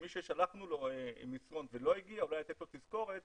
שמי ששלחנו לו מסרון ולא הגיע אולי לתת לו תזכורת